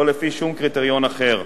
לא לפי שום קריטריון אחר.